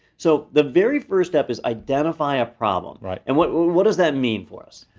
so the very first step is, identify a problem, right, and what what does that mean for us?